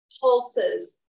pulses